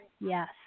Yes